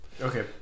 okay